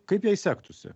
kaip jai sektųsi